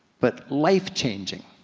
but life changing.